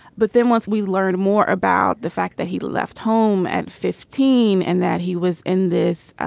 but then once we learn more about the fact that he left home at fifteen and that he was in this ah